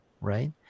right